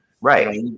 Right